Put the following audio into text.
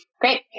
Great